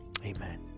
Amen